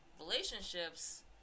relationships